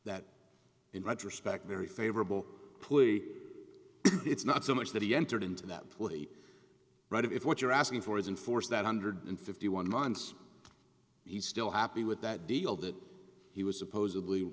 that in retrospect very favorable plea it's not so much that he entered into that twenty right if what you're asking for is in force that hundred and fifty one months he's still happy with that deal that he was supposedly